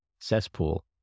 cesspool